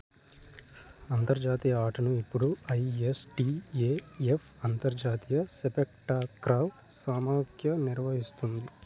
అంతర్జాతీయ ఆటను ఇప్పుడు ఐఎస్టీఏఎఫ్ అంతర్జాతీయ సెపెక్టాక్రావ్ సమాఖ్య నిర్వహిస్తుంది